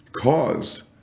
caused